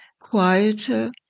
quieter